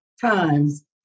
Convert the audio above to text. times